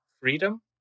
Freedom